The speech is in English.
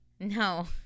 No